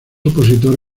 opositor